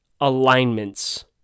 alignments